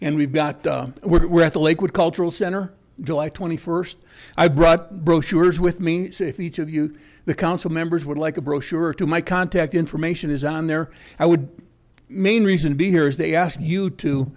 and we've got we're at the lakewood cultural center july twenty first i brought brochures with me if each of you the council members would like a brochure to my contact information is on there i would main reason to be here is they ask you to